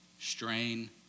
strain